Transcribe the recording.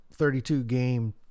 32-game